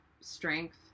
strength